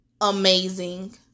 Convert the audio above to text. amazing